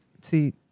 see